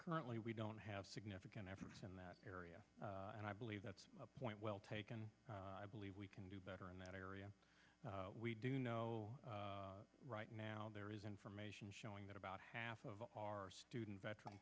currently we don't have significant efforts in that area and i believe that's a point well taken i believe we can do better in that area we do know right now there is information showing that about half of our student veteran